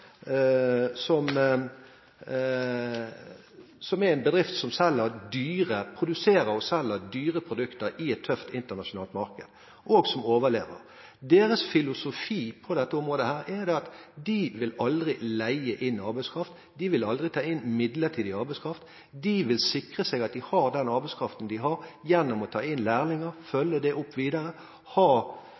som er en bedrift som produserer og selger dyre produkter i et tøft internasjonalt marked, og som overlever. Deres filosofi på dette området er at de vil aldri leie inn arbeidskraft, og de vil aldri ta inn midlertidig arbeidskraft. De vil sikre seg at de har den arbeidskraften de har, gjennom å ta inn lærlinger og følge det opp videre, og ha